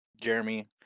Jeremy